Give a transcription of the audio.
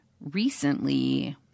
recently